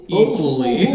equally